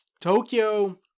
Tokyo